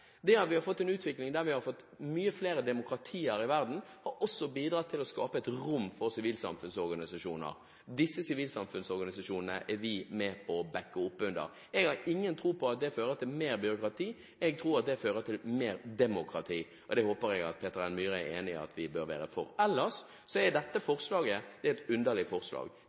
Det at vi har fått en utvikling med flere demokratier i verden, har også bidratt til å skape et rom for sivilsamfunnsorganisasjoner. Disse organisasjonene er vi med på å bakke opp under. Jeg har ingen tro på at det fører til mer byråkrati. Jeg tror at det fører til mer demokrati. Det håper jeg Peter N. Myhre er enig i at vi bør være for. Ellers er dette forslaget et underlig forslag.